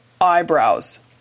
eyebrows